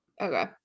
Okay